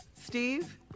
Steve